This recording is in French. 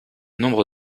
nombre